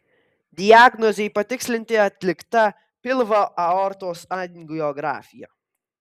diagnozei patikslinti atlikta pilvo aortos angiografija